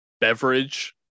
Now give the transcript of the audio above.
beverage